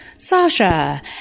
Sasha